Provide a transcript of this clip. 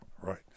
right